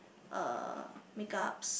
uh makeups